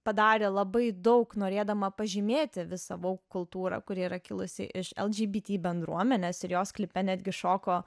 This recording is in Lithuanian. padarė labai daug norėdama pažymėti visą vog kultūrą kuri yra kilusi iš lgbt bendruomenės ir jos klipe netgi šoko